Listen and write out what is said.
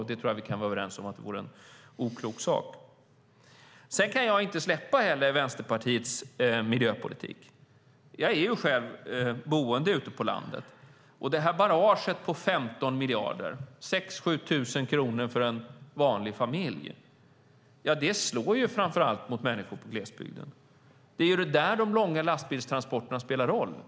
Det tror jag att vi kan vara överens om vore en oklok sak. Sedan kan jag inte heller släppa Vänsterpartiets miljöpolitik. Jag är ju själv boende ute på landet. Det här barraget på 15 miljarder, 6 000-7 000 kronor för en vanlig familj, slår framför allt mot människor i glesbygden. Det är där de långa lastbilstransporterna spelar roll.